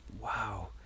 Wow